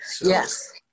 Yes